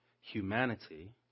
humanity